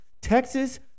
Texas